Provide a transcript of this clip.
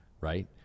Right